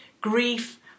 grief